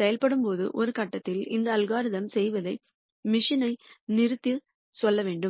செயல்படும்போது ஒரு கட்டத்தில் இந்த அல்காரிதம் செய்வதை மெஷின் ஐ நிறுத்த சொல்ல வேண்டும்